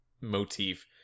motif